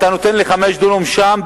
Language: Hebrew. אתה נותן לי 5 דונמים שם,